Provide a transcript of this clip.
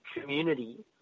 community